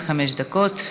עד חמש דקות.